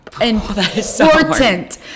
important